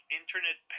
internet